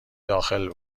داخل